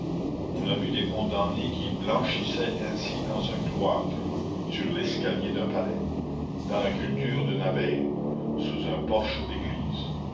on a vu des condamnés qui blanchissaient ainsi dans un cloître sur l'escalier d'un palais dans la culture d'une abbaye sous un porche d'église